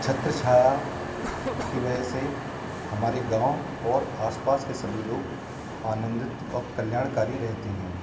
छत्रछाया की वजह से हमारे गाँव और आस पास के सभी लोग आनंदित और कल्याणकारी रहते हैं